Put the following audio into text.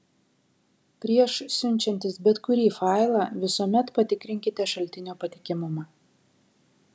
prieš siunčiantis bet kurį failą visuomet patikrinkite šaltinio patikimumą